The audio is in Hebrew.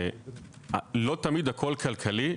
לא תמיד הכול כלכלי...